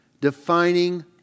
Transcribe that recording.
defining